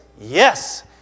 Yes